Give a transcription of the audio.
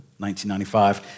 1995